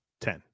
Ten